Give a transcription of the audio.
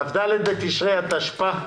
כ"ד בתשרי התשפ"א.